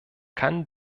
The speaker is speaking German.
kann